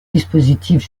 dispositifs